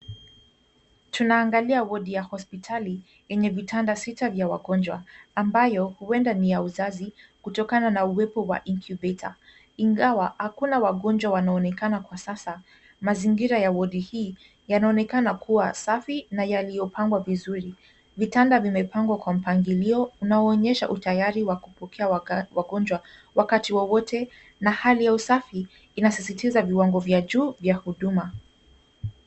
Tunaangalia wodi ya hospitali yenye vitanda sita vya wagonjwa, ambayo huenda ni ya uzazi kutokana na uwepo wa incubator . Ingawa, hakuna wagonjwa wanaonekana kwa sasa. Mazingira ya wodi hii yanaonekana kuwa safi na yaliyopangwa vizuri. Vitanda vimepangwa kwa mpangilio, unaonyesha utayari wa kupokea wagonjwa wakati wowote na hali ya usafi inasasitiza viwango vya juu vya huduma.